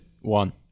One